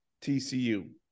TCU